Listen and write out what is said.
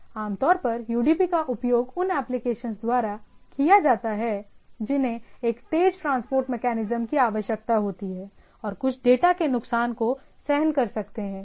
आमतौर पर यूडीपी का उपयोग उन एप्लीकेशन द्वारा किया जाता है जिन्हें एक तेज ट्रांसपोर्ट मेकैनिज्म की आवश्यकता होती है और कुछ डेटा के नुकसान को सहन कर सकते हैं राइट